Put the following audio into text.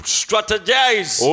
strategize